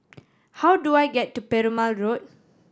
how do I get to Perumal Road